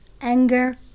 anger